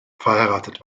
verheiratet